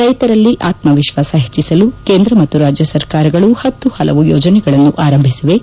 ರೈತರಲ್ಲಿ ಆತ್ಮವಿಶ್ವಾಸ ಹೆಚ್ಚಿಸಲು ಇಂದು ಕೇಂದ್ರ ಹಾಗೂ ರಾಜ್ಯ ಸರಕಾರಗಳು ಹತ್ತು ಹಲವು ಯೋಜನೆಗಳನ್ನು ಆರಂಭಿಸಿವೆ